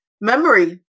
Memory